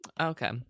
okay